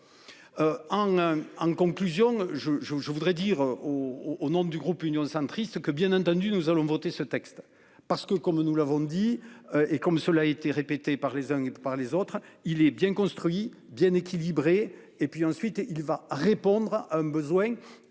en conclusion je je je voudrais dire au au nom du groupe Union centriste que bien entendu nous allons voter ce texte parce que, comme nous l'avons dit et comme cela a été répété par les uns et par les autres, il est bien construit, bien équilibré et puis ensuite il va répondre à un besoin